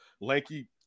lanky